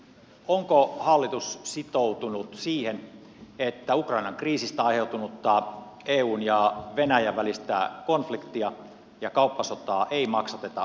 onko hallitus sitoutunut siihen että ukrainan kriisistä aiheutunutta eun ja venäjän välistä konfliktia ja kauppasotaa ei maksateta suomalaisilla viljelijöillä